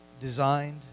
designed